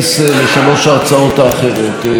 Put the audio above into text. ראשית חבר הכנסת יואל חסון,